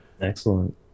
Excellent